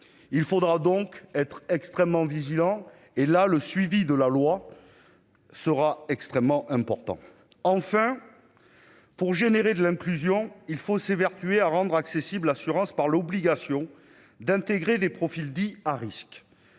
il faudra donc être extrêmement vigilant et là, le suivi de la loi sera extrêmement important enfin pour générer de l'inclusion, il faut s'évertuer à rendre accessible assurance par l'obligation d'intégrer les profils dits à risques,